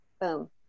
boom